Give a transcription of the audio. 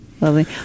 lovely